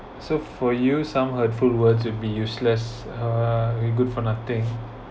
so for you some hurtful words would be useless uh you good for nothing